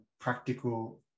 practical